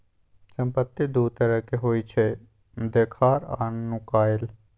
संपत्ति दु तरहक होइ छै देखार आ नुकाएल